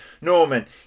Norman